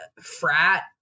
frat